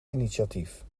initiatief